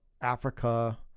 Africa